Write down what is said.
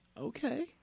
Okay